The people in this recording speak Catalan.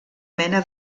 mena